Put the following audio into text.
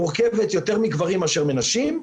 מורכבת יותר מגברים מאשר מנשים,